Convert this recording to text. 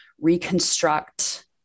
reconstruct